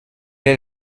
est